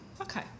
Okay